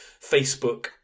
Facebook